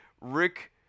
Rick